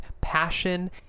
passion